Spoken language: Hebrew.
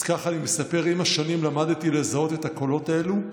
אז ככה אני מספר: עם השנים למדתי לזהות את הקולות האלו,